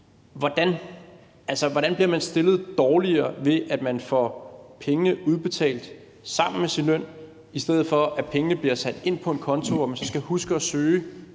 hvordan bliver man stillet dårligere ved, at man får pengene udbetalt sammen med sin løn, i stedet for at pengene bliver sat ind på en feriekonto, hvor man så bagefter skal huske at søge